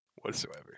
Whatsoever